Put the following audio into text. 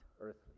earthly